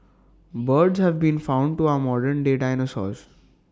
birds have been found to our modern day dinosaurs